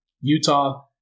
Utah